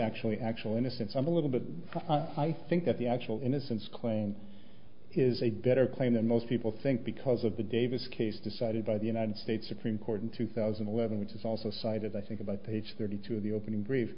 actually actual innocence i'm a little but i think that the actual innocence claim is a better claim than most people think because of the davis case decided by the united states supreme court in two thousand and eleven which is also cited i think about page thirty two of the opening brief